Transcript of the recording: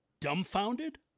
dumbfounded